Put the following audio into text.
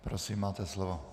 Prosím, máte slovo.